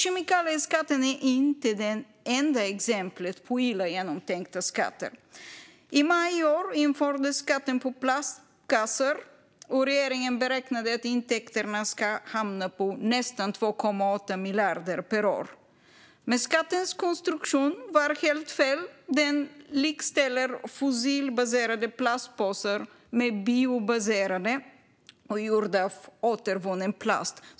Kemikalieskatten är inte det enda exemplet på illa genomtänkta skatter. I maj i år infördes skatten på plastkassar. Regeringen beräknade att intäkterna skulle hamna på nästan 2,8 miljarder per år. Men skattens konstruktion var helt fel. Den likställer fossilbaserade plastpåsar med biobaserade gjorda av återvunnen plast.